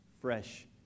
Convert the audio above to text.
fresh